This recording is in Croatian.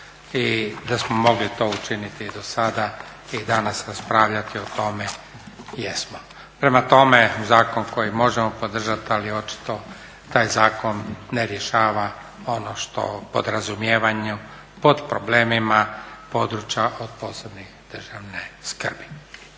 I da smo mogli to učiniti i dosada i danas raspravljati o tome, jesmo. Prema tome, zakon koji možemo podržati ali očito taj zakon ne rješava ono što podrazumijevaju pod problemima područja od posebne državne skrbi.